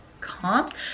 comps